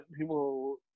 people